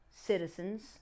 citizens